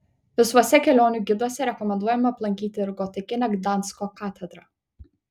visuose kelionių giduose rekomenduojama aplankyti ir gotikinę gdansko katedrą